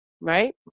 right